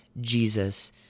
Jesus